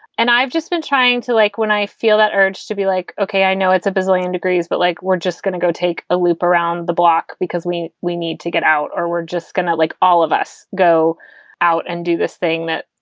and i've just been trying to like when i feel that urge to be like, ok, i know it's a bazillion degrees, but like we're just going to go take a loop around the block because we we need to get out or we're just going to, like all of us, go out and do this thing that,